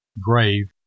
grave